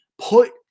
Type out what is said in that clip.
put